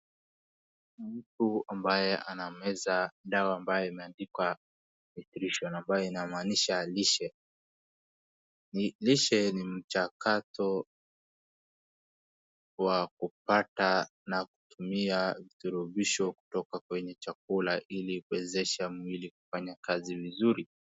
mtu ambaye anameza dawa ambaye imeandikwa nutrition ambaye inamaanisha lishe , lishe ni mchakato wa kupata na kutumia virutubisho kwenye chakula ili kuezesha mwili kufanya kazi vizuri